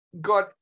god